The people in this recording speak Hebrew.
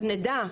אז נדע.